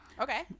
Okay